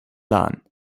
lahn